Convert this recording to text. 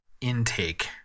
intake